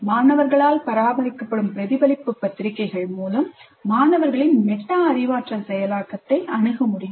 மாணவர்களால் பராமரிக்கப்படும் பிரதிபலிப்பு பத்திரிகைகள் மூலம் மாணவர்களின் மெட்டா அறிவாற்றல் செயலாக்கத்தை அணுக முடியும்